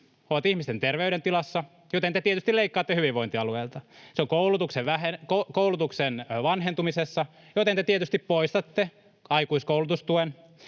ovat ihmisten terveydentilassa, joten te tietysti leikkaatte hyvinvointialueelta. Se on koulutuksen vanhentumisessa, joten te tietysti poistatte aikuiskoulutustuen.